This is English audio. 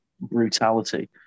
brutality